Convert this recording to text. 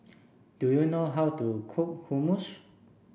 do you know how to cook Hummus